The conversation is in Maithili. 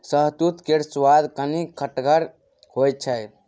शहतुत केर सुआद कनी खटगर होइ छै